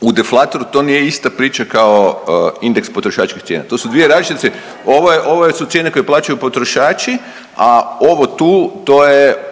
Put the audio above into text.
u deflatoru to nije ista priča kao indeks potrošačkih cijena. To su dvije različite, ovo je, ovo su cijene koje plaćaju potrošači, a ovo tu to je